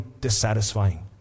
dissatisfying